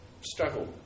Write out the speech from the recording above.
struggle